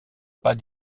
pas